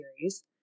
series